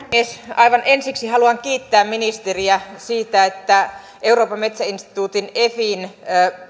aivan ensiksi haluan kiittää ministeriä siitä että euroopan metsäinstituutin efin